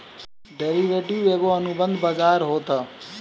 derivative एगो अनुबंध बाजार होत हअ